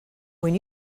when